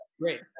great